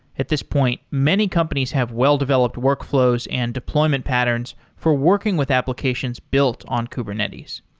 at this point, many companies have well-developed workflows and deployment patterns for working with applications built on kubernetes.